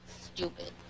Stupid